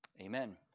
amen